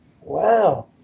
wow